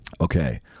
Okay